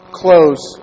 close